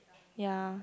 ya